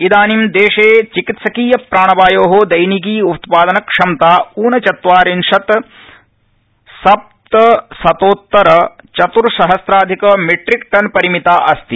इदानीं देशे चिकित्सकीय प्राणवायोः दप्निकी उत्पादन क्षमता ऊनचत्वारिंशत् सप्तशतोतर चत्र्सहस्राधिक मीट्रिक टन परिमिता अस्ति